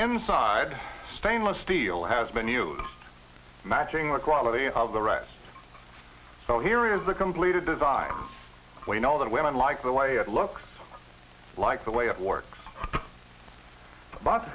inside stainless steel has been used matching the quality of the rest so here is the completed design we know that we don't like the way it looks like the way it works but